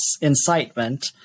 incitement